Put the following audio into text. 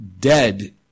dead